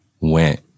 went